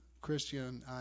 Christian